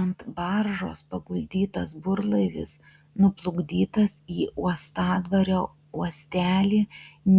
ant baržos paguldytas burlaivis nuplukdytas į uostadvario uostelį